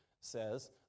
says